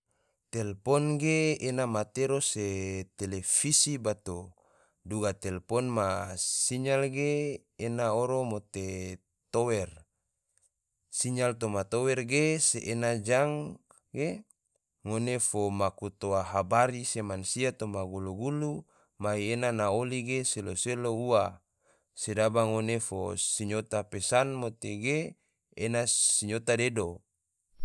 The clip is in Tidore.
Telpon ge ena matero se televisi bato. duga telpon ma sinyal ge ena oro mote tower. sinyal toma tower ge se ena jang ge ngone fo maku toa habari se mansia toma gulu-gulu mai ena na oli ge selo-selo ua, sedaba ngone fo sinyota pesan mote ge ena sinyota dedo